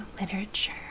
literature